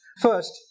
First